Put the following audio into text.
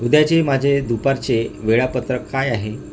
उद्याचे माझे दुपारचे वेळापत्रक काय आहे